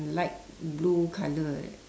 light blue colour